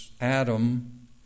Adam